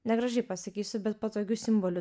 negražiai pasakysiu bet patogiu simboliu